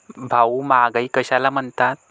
भाऊ, महागाई कशाला म्हणतात?